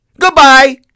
Goodbye